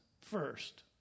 first